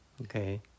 Okay